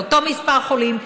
לאותו מספר חולים,